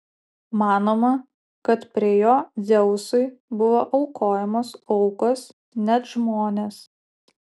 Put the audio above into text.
manoma kad prie jo dzeusui buvo aukojamos aukos net žmonės